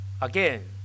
Again